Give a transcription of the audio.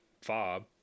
fob